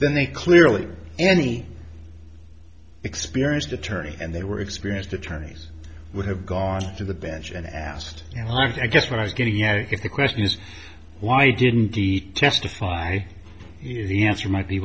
then they clearly any experienced attorney and they were experienced attorneys would have gone to the bench and asked you know i guess what i was getting out of the question is why didn't he testify the answer might be